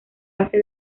hace